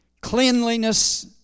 cleanliness